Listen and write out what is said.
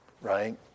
right